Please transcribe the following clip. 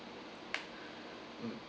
mm